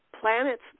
planets